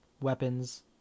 weapons